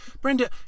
Brenda